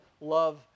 love